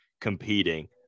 competing